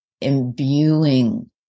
imbuing